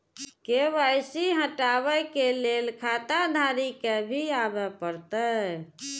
KYC हटाबै के लैल खाता धारी के भी आबे परतै?